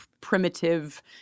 primitive